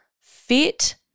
fit